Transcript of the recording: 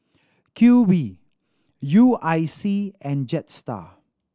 Q V U I C and Jetstar